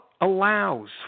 allows